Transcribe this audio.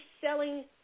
selling